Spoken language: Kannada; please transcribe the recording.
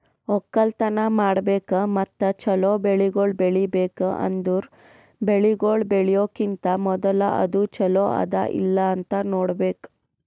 ಒಕ್ಕಲತನ ಮಾಡ್ಬೇಕು ಮತ್ತ ಚಲೋ ಬೆಳಿಗೊಳ್ ಬೆಳಿಬೇಕ್ ಅಂದುರ್ ಬೆಳಿಗೊಳ್ ಬೆಳಿಯೋಕಿಂತಾ ಮೂದುಲ ಅದು ಚಲೋ ಅದಾ ಇಲ್ಲಾ ನೋಡ್ಬೇಕು